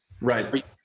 Right